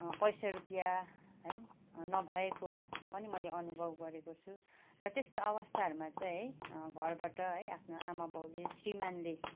पैसा रुपियाँ है नभएको पनि मैले अनुभव गरेको छु र त्यस्तो अवस्थाहरूमा चाहिँ है घरबाट है आफना आमा बाउले श्रीमानले